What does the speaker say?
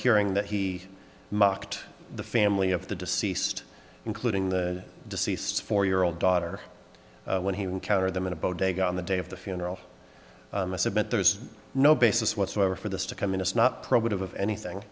hearing that he mocked the family of the deceased including the deceased four year old daughter when he would counter them in a bodega on the day of the funeral i submit there is no basis whatsoever for this to come in it's not probative of anything